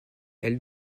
elle